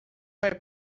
vai